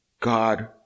God